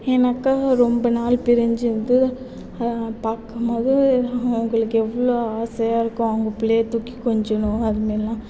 ஏன்னாக்கால் ரொம்ப நாள் பிரிச்சுருந்து பார்க்கும்போது அவங்களுக்கு எவ்வளோ ஆசையாயிருக்கும் பிள்ளைய தூக்கி கொஞ்சணும் அது மாதிரியெல்லாம்